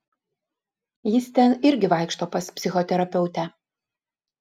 jis ten irgi vaikšto pas psichoterapeutę